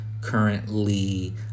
currently